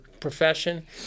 profession